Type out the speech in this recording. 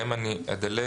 עליהם אני אדלג,